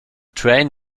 train